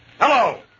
Hello